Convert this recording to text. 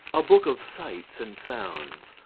a book of sights and sounds.